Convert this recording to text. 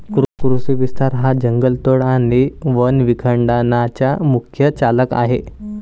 कृषी विस्तार हा जंगलतोड आणि वन विखंडनाचा मुख्य चालक आहे